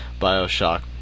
Bioshock